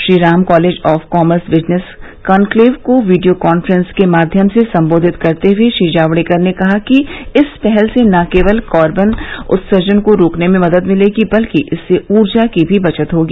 Shriram college of commerce business conclave को video conference के माध्यम से संबोधित करते हुए श्री जावड़ेकर ने कहा कि इस पहल से न केवल कार्बन उत्सर्जन को रोकने में मदद मिलेगी बल्कि इससे ऊर्जा की भी बचत होगी